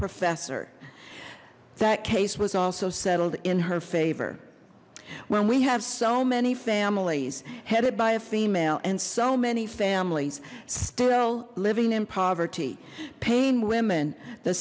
professor that case was also settled in her favor when we have so many families headed by a female and so many families still living in poverty paying women the